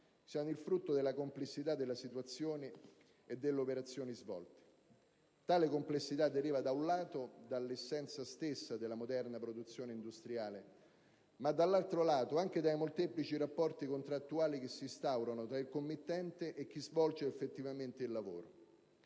siano il frutto della complessità delle situazioni e delle operazioni svolte. Tale complessità deriva da un lato dall'essenza stessa della moderna produzione industriale, ma dall'altro anche dai molteplici rapporti contrattuali che si instaurano tra il committente e chi svolge effettivamente il lavoro.